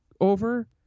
over